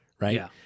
right